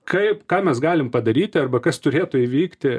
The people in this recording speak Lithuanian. kaip ką mes galim padaryti arba kas turėtų įvykti